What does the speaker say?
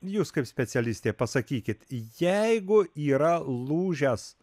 jūs kaip specialistė pasakykit jeigu yra lūžęs